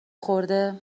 خورده